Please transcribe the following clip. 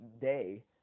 Day